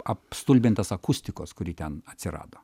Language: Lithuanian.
apstulbintas akustikos kuri ten atsirado